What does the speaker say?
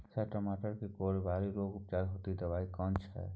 Sir टमाटर में कोकरि रोग के उपचार हेतु दवाई केना छैय?